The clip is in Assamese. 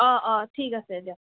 অঁ অঁ ঠিক আছে দিয়ক